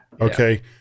Okay